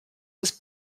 was